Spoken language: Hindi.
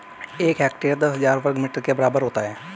एक हेक्टेयर दस हजार वर्ग मीटर के बराबर होता है